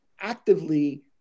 actively